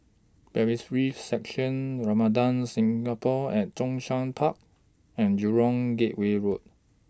Bailiffs' Section Ramada Singapore At Zhongshan Park and Jurong Gateway Road